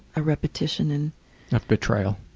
a repetition. and a betrayal.